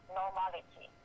normality